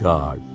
God